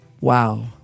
Wow